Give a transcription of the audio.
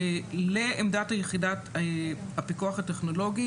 לעמדת יחידת הפיקוח הטכנולוגי